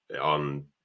on